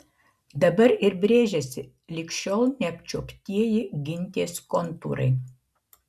dabar ir brėžiasi lig šiol neapčiuoptieji gintės kontūrai